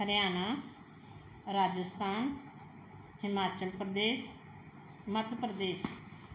Haryana Rajasthan Himachal Pradesh Madhya Pradesh